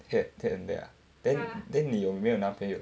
here here and there ah then then 妳妳有没有男朋友